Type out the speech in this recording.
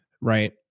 Right